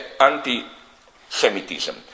anti-Semitism